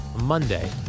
Monday